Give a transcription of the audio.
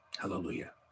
Hallelujah